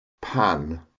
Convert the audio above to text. pan